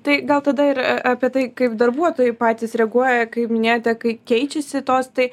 tai gal tada ir apie tai kaip darbuotojai patys reaguoja kaip minėjote kai keičiasi tos tai